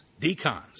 Decons